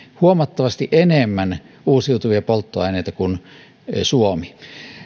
huomattavasti enemmän uusiutuvia polttoaineita kuin suomi